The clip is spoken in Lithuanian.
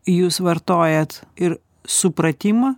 jūs vartojat ir supratimą